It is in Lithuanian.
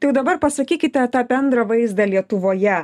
tai jau dabar pasakykite tą bendrą vaizdą lietuvoje